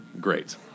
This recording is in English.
great